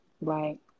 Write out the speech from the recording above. Right